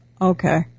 Okay